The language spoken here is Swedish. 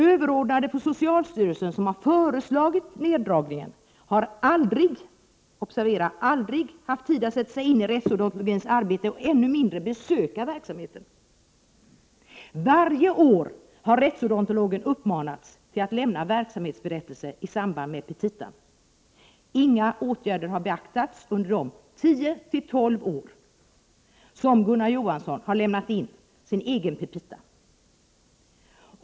Överordnade på socialstyrelsen, som har föreslagit neddragningen, har aldrig haft tid att sätta sig in i rättsodontologens arbete, än mindre besöka verksamheten. Varje år har rättsodontologen uppmanats att lämna verksamhetsberättelse i samband med petitan. Inga åtgärder har beaktats under de tio tolv år som Gunnar Johansson har lämnat in sin egen petita.